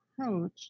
approach